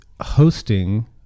hosting